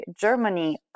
Germany